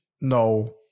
no